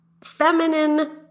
feminine